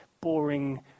boring